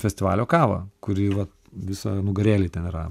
festivalio kavą kuri va visa nugarėj ten yra